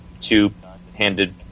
two-handed